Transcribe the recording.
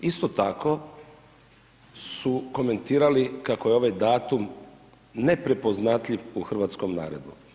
Isto tako su komentirali kako je ovaj datum neprepoznatljiv u hrvatskom narodu.